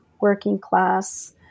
working-class